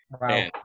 Wow